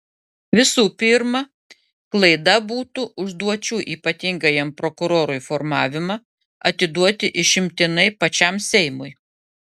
visų pirma klaida būtų užduočių ypatingajam prokurorui formavimą atiduoti išimtinai pačiam seimui